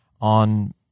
on